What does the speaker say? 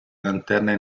lanterne